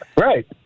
right